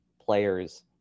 players